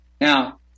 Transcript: Now